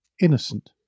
innocent